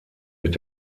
mit